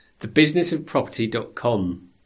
Thebusinessofproperty.com